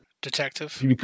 Detective